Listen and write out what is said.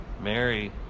Mary